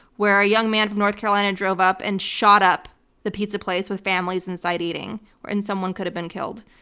where a young man from north carolina drove up and shot up the pizza place with families inside eating, and someone could have been killed.